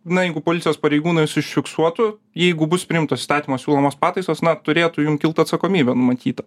na jeigu policijos pareigūnas užfiksuotų jeigu bus priimtos įstatymo siūlomos pataisos na turėtų jum kilt atsakomybė numatyta